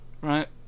right